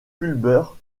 fulbert